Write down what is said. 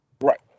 Right